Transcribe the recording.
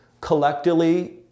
Collectively